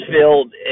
filled